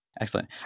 Excellent